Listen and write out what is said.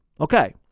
Okay